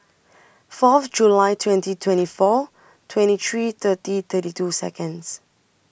Fourth July twenty twenty four twenty three thirty thirty two Seconds